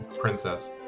princess